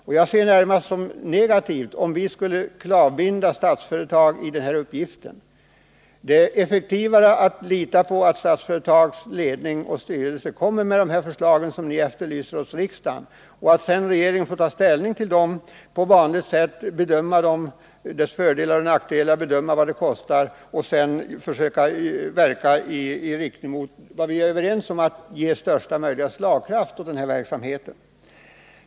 Jag ser det närmast som negativt om vi skulle klavbinda Statsföretag i den uppgiften; det är effektivare att lita på att Statsföretags ledning och styrelse kommer att lägga fram de förslag som reservanterna efterlyser hos riksdagen. Regeringen får sedan ta ställning på vanligt sätt — bedöma förslagens fördelar och nackdelar samt kostnader och därefter försöka verka i en sådan riktning att verksamheten ges största möjliga slagkraft.